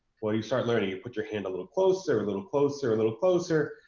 or you start learning, you put your hand a little closer, a little closer, a little closer,